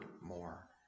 more